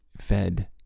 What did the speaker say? fed